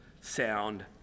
sound